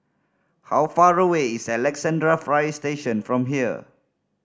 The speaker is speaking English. how far away is Alexandra Fire Station from here